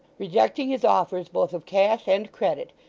rejecting his offers both of cash and credit,